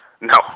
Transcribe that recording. No